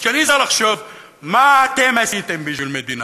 אז כשאני צריך לחשוב "מה אתם עשיתם בשביל מדינה"